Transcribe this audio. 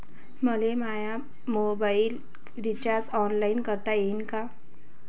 मले mobile recharge online करता येईन का?